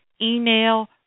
email